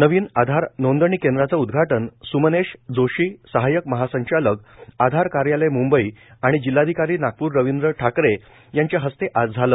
नवीन आधार नोंदणी केंद्राचं उद्घाटन सुमवेश जोशी सहाव्यक महासंचालक आधार कार्यालय मुंबई आणि जिल्हाधिकारी नागपूर रविंद्र ठकरे यांच्या हस्ते आज झालं